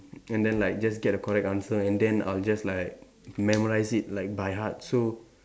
and then like just get the correct answer and then I'll just like memorise it like by heart so